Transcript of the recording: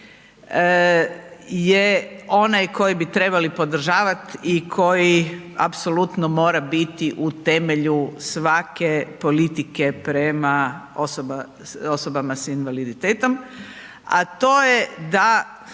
je onaj koji bi trebali podržavati i koji apsolutno mora biti u temelju svake politike prema osobama s invaliditetom, a to je da,